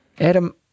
Adam